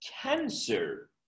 cancer